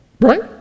right